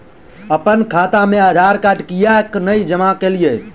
अप्पन खाता मे आधारकार्ड कियाक नै जमा केलियै?